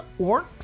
orcs